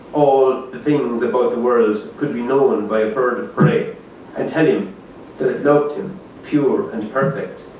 all the things about the world could be known by a bird of prey and tell him that it loved him pure and perfect.